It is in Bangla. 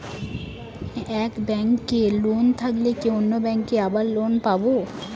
এক ব্যাঙ্কে লোন থাকলে কি অন্য ব্যাঙ্কে আবার লোন পাব?